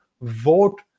vote